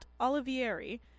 Olivieri